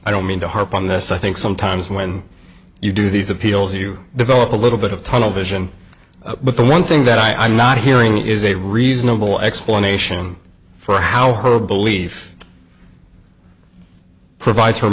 i don't mean to harp on this i think sometimes when you do these appeals you develop a little bit of tunnel vision but the one thing that i'm not hearing is a reasonable explanation for how her belief provides her